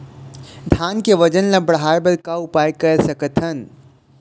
धान के वजन ला बढ़ाएं बर का उपाय कर सकथन?